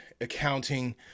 accounting